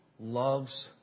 Loves